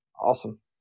Awesome